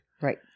Right